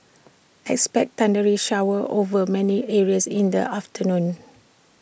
expect thundery showers over many areas in the afternoon